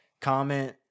comment